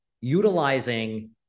utilizing